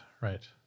Right